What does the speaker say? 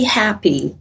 happy